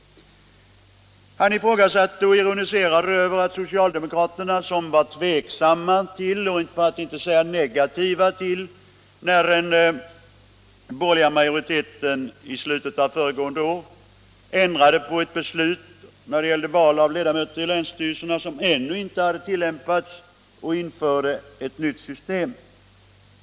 Han ifrågasatte och ironiserade över att socialdemokraterna var tveksamma, för att inte säga negativa, när den borgerliga majoriteten i slutet av föregående år ändrade ett beslut beträffande val av ledamöter i länsstyrelsen som ännu inte hade tillämpats och införde ett nytt system.